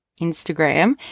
Instagram